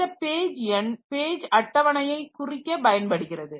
இந்த பேஜ் எண் பேஜ் அட்டவணையை குறிக்கப் பயன்படுகிறது